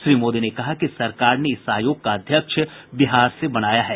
श्री मोदी ने कहा कि सरकार ने इस आयोग का अध्यक्ष बिहार से बनाया है